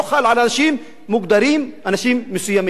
הוא לא חל על אנשים מוגדרים, אנשים מסוימים.